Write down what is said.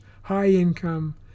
high-income